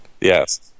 yes